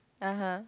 (uh huh)